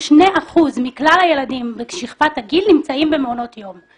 שני אחוזים מכלל הילדים בשכבת הגיל נמצאים במעונות יום.